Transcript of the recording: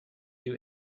you